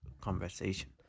conversation